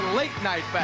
late-night